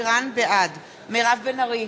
בעד מירב בן ארי,